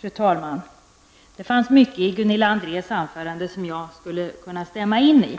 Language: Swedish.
Fru talman! Det fanns mycket i Gunilla Andrés anförande som jag skulle kunna stämma in i,